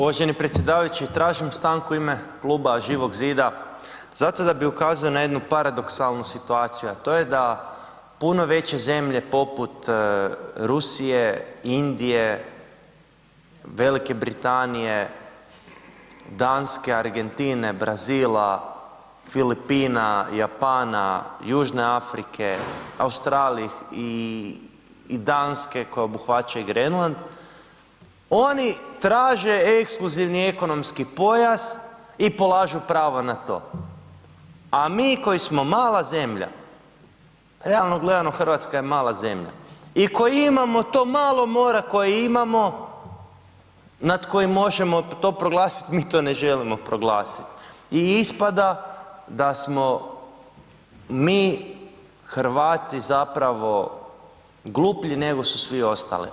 Uvaženi predsjedavajući, tražim stanku u ime Kluba Živog zida zato da bi ukazao na jednu paradoksalnu situaciju, a to je da puno veće zemlje poput Rusije, Indije, Velike Britanije, Danske, Argentine, Brazila, Filipina, Japana, Južne Afrike, Australije i Danske koja obuhvaća i Grenland, oni traže ekskluzivni ekonomski pojas i polažu prava na to, a mi koji smo mala zemlja, realno gledano Hrvatska je mala zemlja i koji imamo to malo mora koje imamo nad kojim možemo to proglasiti mi to ne želimo proglasiti i ispada da smo mi Hrvati zapravo gluplji nego su svi ostali.